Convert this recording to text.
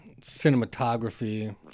cinematography